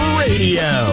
radio